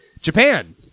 Japan